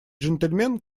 джентльмен